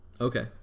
Okay